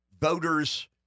voters